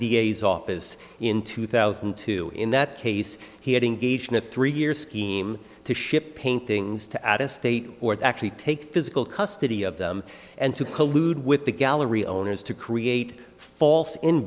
a s office in two thousand and two in that case he had engaged in a three year scheme to ship paintings to add a state or actually take physical custody of them and to collude with the gallery owners to create false